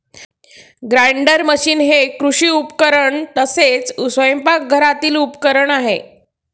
grinder machine हे कृषी उपकरण तसेच स्वयंपाकघरातील उपकरण आहे